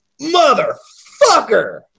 MOTHERFUCKER